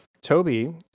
Toby